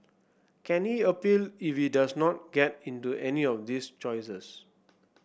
can he appeal if he does not get into any of this choices